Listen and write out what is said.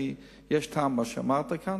כי יש טעם במה שאמרת כאן,